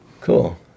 cool